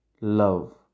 love